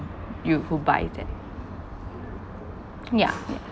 you who buys that yeah yeah